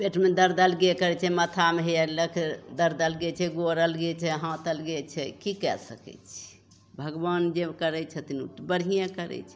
पेटमे दरद अलगे करै छै माथामे हेइए अलग दरद अलगे छै गोड़ अलगे छै हाथ अलगे छै कि कै सकै छिए भगवान जे करै छथिन बढ़िएँ करै छै